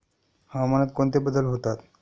हवामानात कोणते बदल होतात?